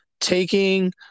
taking